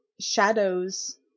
shadows